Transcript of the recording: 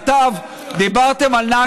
כתב, דיברתם על נכבה.